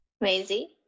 Maisie